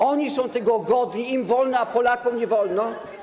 Oni są tego godni, im wolno, a Polakom nie wolno.